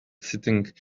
sitting